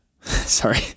Sorry